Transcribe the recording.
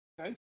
Okay